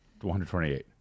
128